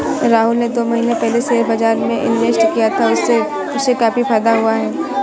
राहुल ने दो महीने पहले शेयर बाजार में इन्वेस्ट किया था, उससे उसे काफी फायदा हुआ है